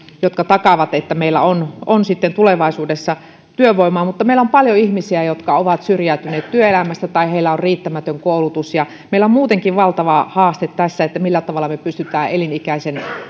takaavat että meillä on on sitten tulevaisuudessa työvoimaa mutta meillä on paljon ihmisiä jotka ovat syrjäytyneet työelämästä tai joilla on riittämätön koulutus meillä on muutenkin valtava haaste tässä millä tavalla me pystymme elinikäisen